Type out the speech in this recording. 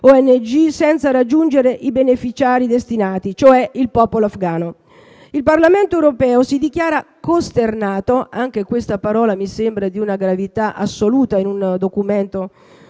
ONG, senza raggiungere i beneficiari destinatari, cioè il popolo afgano. Il Parlamento europeo si dichiara costernato - mi sembra di una gravità assoluta che questa